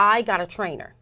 i got a trainer